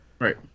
right